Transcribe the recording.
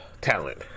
talent